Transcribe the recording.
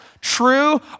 true